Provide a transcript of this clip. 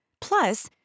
Plus